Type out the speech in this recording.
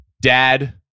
dad